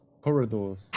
corridors